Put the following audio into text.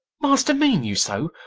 master, mean you so?